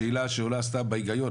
השאלה שעולה סתם בהיגיון,